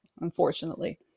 unfortunately